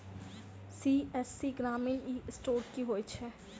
CSC ग्रामीण e store की होइ छै?